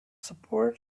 support